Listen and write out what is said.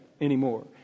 anymore